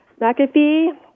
McAfee